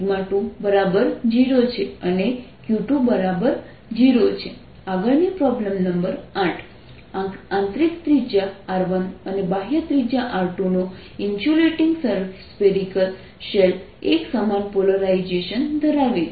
ds0 1 ≠0 Q10 20 Q20 આગળની problem number 8 આંતરિક ત્રિજ્યા R1 અને બાહ્ય ત્રિજ્યા R2 નો ઇન્સુલેટીંગ સ્ફેરિકલ શેલ એક સમાન પોલરાઇઝેશન ધરાવે છે